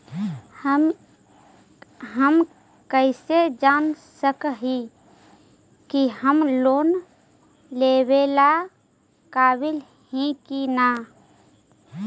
हम कईसे जान सक ही की हम लोन लेवेला काबिल ही की ना?